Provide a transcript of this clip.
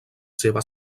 seva